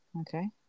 Okay